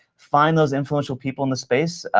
find those influential people in the space.